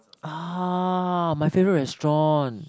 ah my favorite restaurant